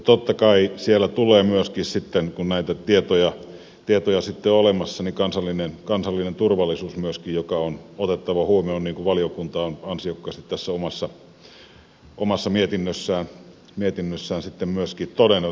totta kai siellä tulee myöskin sitten kun näitä tietoja on olemassa kansallinen turvallisuus myöskin joka on otettava huomioon niin kuin valiokunta on ansiokkaasti tässä omassa mietinnössään myöskin todennut